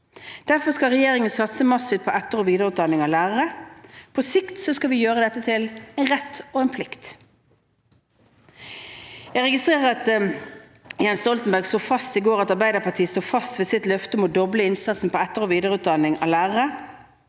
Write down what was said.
Derfor skal regjeringen satse massivt på etter- og videreutdanning av lærere, og på sikt skal vi gjøre dette til en rett og en plikt. Jeg registrerer at Jens Stoltenberg slo fast i går at Arbeiderpartiet står fast ved sitt løfte om å doble innsatsen på etter- og videreutdanning av lærere.